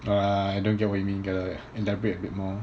uh I don't get what you mean gotta elaborate a bit more